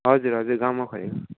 हजुर हजुर गाउँमा खोलेँ